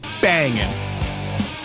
banging